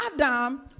Adam